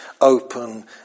open